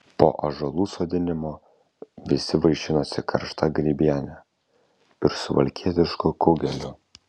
po ąžuolų sodinimo visi vaišinosi karšta grybiene ir suvalkietišku kugeliu